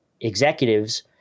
executives